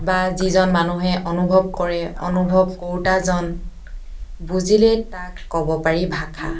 বা যিজন মানুহে অনুভৱ কৰে অনুভৱ কৰোঁতাজন বুজিলেই তাক ক'ব পাৰি ভাষা